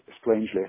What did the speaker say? strangely